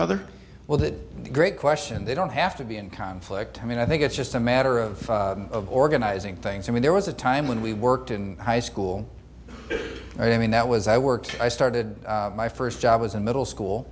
other well that great question they don't have to be in conflict i mean i think it's just a matter of organizing things i mean there was a time when we worked in high school i mean that was i worked i started my first job was in middle school